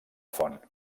font